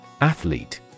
Athlete